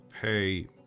pay